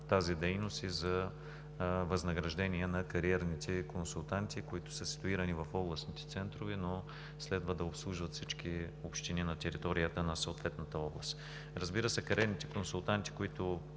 тази дейност и за възнаграждения на кариерните консултанти, ситуирани в областните центрове, но следва да обслужват всички общини на територията на съответната област. Разбира се, кариерните консултации, които